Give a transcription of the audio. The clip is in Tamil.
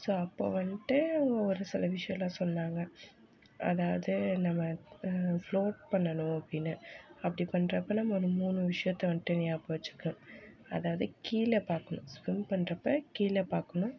ஸோ அப்போ வந்துட்டு ஒரு சில விஷயம்லாம் சொன்னாங்க அதாவது நம்ம ஃப்லோட் பண்ணணும் அப்படின்னு அப்படி பண்ணுறப்ப நம்ம ஒரு மூணு விஷயத்தை வந்துட்டு ஞாபகம் வெச்சுக்க அதாவது கீழே பார்க்கணும் ஸ்விம் பண்ணுறப்ப கீழே பார்க்கணும்